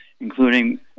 including